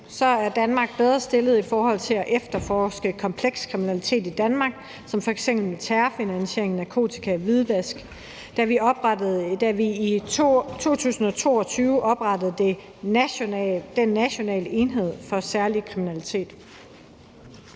nu, er Danmark bedre stillet i forhold til at efterforske kompleks kriminalitet i Danmark som f.eks. terrorfinansiering, narkotika og hvidvask, da vi i 2022 oprettede National enhed for Særlig Kriminalitet.